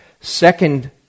Second